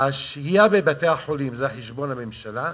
ואז השהייה בבתי-החולים היא על חשבון הממשלה,